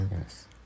Yes